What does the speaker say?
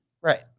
Right